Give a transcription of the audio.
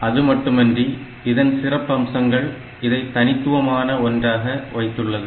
அதுமட்டுமின்றி இதன் சிறப்பம்சங்கள் இதை தனித்துவமான ஒன்றாக வைத்துள்ளது